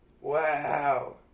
wow